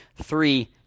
three